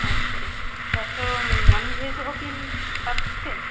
अस्तु तत्र नान्वेज् अपि प्राप्यते